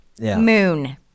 moon